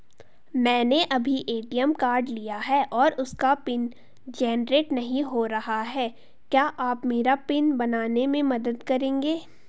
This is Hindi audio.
मैंने अभी ए.टी.एम कार्ड लिया है और उसका पिन जेनरेट नहीं हो रहा है क्या आप मेरा पिन बनाने में मदद करेंगे?